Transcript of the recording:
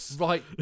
Right